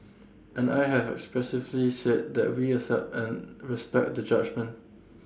and I have expressively said that we accept and respect the judgement